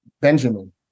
Benjamin